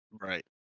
Right